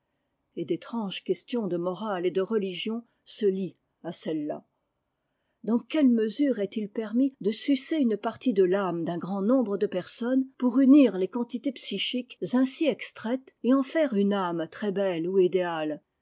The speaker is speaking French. et d'étranges questions de morale et de religion se lient à celles-là dans quelle mesure estil permis de sucer une partie de l'âme d'un grand nombre de personnes pour unir les quantités psychiques ainsi extraites et en faire une âme très belle ou idéale